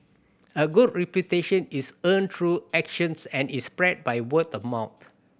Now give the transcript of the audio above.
a good reputation is earned through actions and is spread by word of mouth